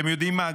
אתם יודעים מה?